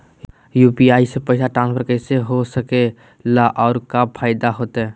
UPI से पैसा transfer कैसे हो सके ला और का फायदा होएत?